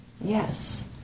yes